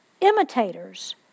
imitators